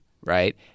right